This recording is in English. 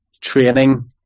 training